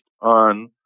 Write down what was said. on